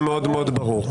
זה מאוד מאוד ברור.